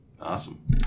Awesome